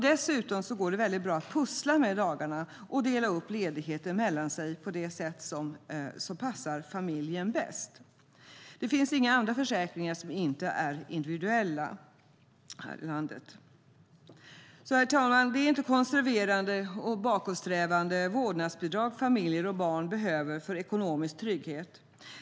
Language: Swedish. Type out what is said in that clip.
Dessutom går det väldigt bra att pussla med dagarna och dela upp ledigheten mellan sig på det sätt som passar familjen bäst. Det finns inga andra försäkringar som inte är individuella. Herr talman! Det är inte konserverande och bakåtsträvande vårdnadsbidrag som familjer och barn behöver för ekonomisk trygghet.